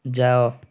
ଯାଅ